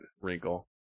wrinkle